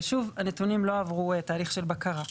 אבל שוב, הנתונים לא עברו תהליך של בקרה.